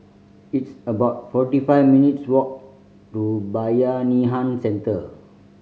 it's about forty five minutes' walk to Bayanihan Centre